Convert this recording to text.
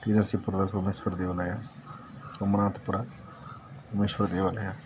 T ನರಸೀಪುರದ ಸೋಮೇಶ್ವರ ದೇವಾಲಯ ಸೋಮನಾಥಪುರ ಸೋಮೇಶ್ವರ ದೇವಾಲಯ